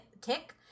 tick